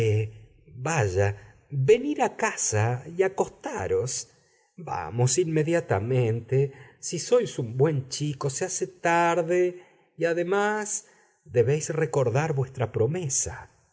vaya venir a casa y acostaros vamos inmediatamente si sois buen chico se hace tarde y además debéis recordar vuestra promesa